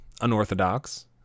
unorthodox